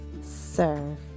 serve